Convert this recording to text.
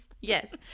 Yes